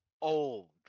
old